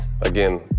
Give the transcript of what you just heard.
Again